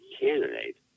candidate